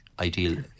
ideal